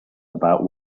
about